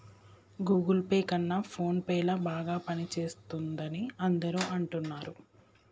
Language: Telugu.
గూగుల్ పే కన్నా ఫోన్ పే ల బాగా పనిచేస్తుందని అందరూ అనుకుంటున్నారు